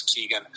Keegan